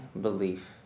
belief